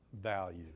value